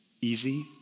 easy